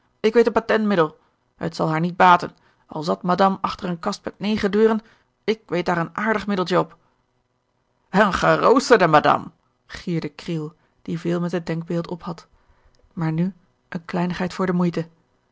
ik weet een patent middel het zal haar niet baten al zat madame achter eene kast met negen deuren ik weet daar een aardig middeltje op eene geroosterde madam gierde kriel die veel met het denkbeeld ophad george een ongeluksvogel maar nu eene kleinigheid voor de moeite